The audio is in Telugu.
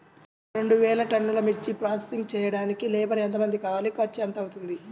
రెండు వేలు టన్నుల మిర్చి ప్రోసెసింగ్ చేయడానికి లేబర్ ఎంతమంది కావాలి, ఖర్చు ఎంత అవుతుంది?